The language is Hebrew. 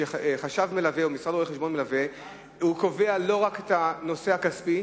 חשב מלווה או משרד רואי-חשבון מלווה קובע לא רק את הנושא הכספי,